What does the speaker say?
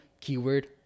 keyword